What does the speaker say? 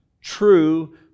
true